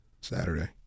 Saturday